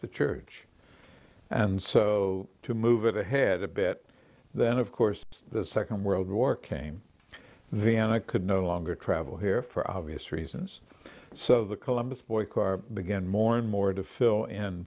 the church and so to move ahead a bit then of course the second world war came vienna could no longer travel here for obvious reasons so the columbus boy car began more and more to fill in